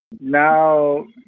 Now